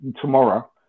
tomorrow